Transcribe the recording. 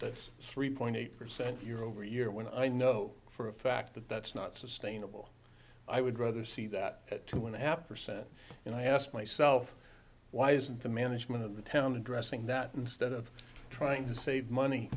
that's three point eight percent year over year when i know for a fact that that's not sustainable i would rather see that at two and a half percent and i ask myself why isn't the management of the town addressing that instead of trying to save money